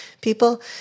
People